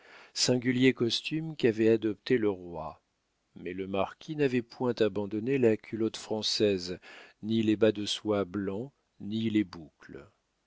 singulier costume qu'avait adopté le roi mais le marquis n'avait point abandonné la culotte française ni les bas de soie blancs ni les boucles